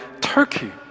Turkey